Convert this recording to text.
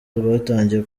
rwatangiye